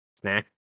Snack